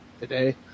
today